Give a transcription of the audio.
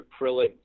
acrylic